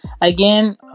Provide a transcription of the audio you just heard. again